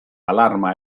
alarma